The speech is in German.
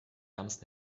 ärmsten